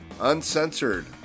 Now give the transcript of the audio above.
uncensored